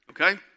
Okay